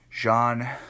Jean